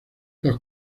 los